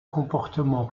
comportement